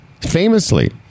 Famously